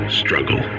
struggle